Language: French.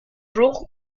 jour